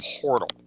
portal